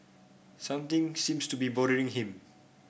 something seems to be bothering him